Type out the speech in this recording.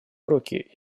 уроки